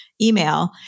email